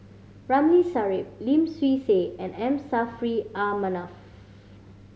Ramli Sarip Lim Swee Say and M Saffri A Manaf